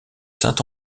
saint